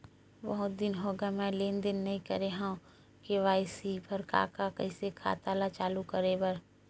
बहुत दिन हो गए मैं लेनदेन नई करे हाव के.वाई.सी बर का का कइसे खाता ला चालू करेबर?